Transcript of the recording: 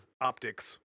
optics